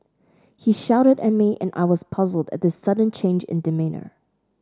he shouted at me and I was puzzled at this sudden change in demeanour